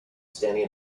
standing